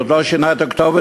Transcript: ועוד לא שינה את הכתובת,